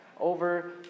over